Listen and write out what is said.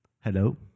hello